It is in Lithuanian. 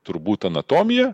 turbūt anatomija